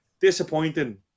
Disappointing